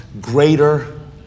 greater